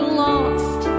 lost